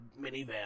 minivan